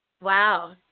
Wow